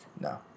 No